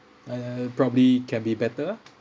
uh probably can be better